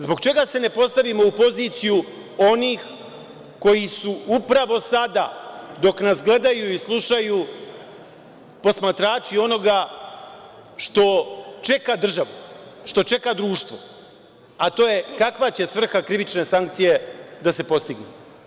Zbog čega se ne postavimo u poziciju onih koji su upravo sada dok nas gledaju i slušaju posmatrači onoga što čeka država, što čeka društvo, a to je kakva će svrha krivične sankcije da se postigne.